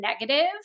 negative